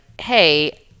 Hey